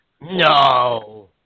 No